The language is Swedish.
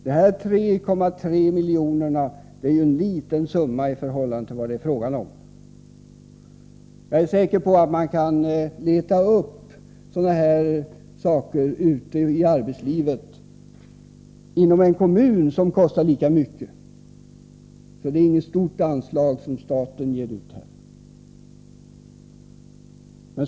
De här 3,3 miljonerna är ju en liten summa i förhållande till vad det är fråga om. Jag är säker på att man i arbetslivet inom en kommun kan leta upp sådana här saker som skulle kosta lika mycket. Det är alltså inget stort anslag som staten här ger.